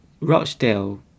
Rochdale